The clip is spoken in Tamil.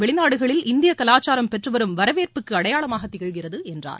வெளிநாடுகளில் இந்திய கலாச்சாரம் பெற்று வரும் வரவேற்புக்கு அடையாளமாக திகழ்கிறது என்றார்